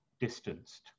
distanced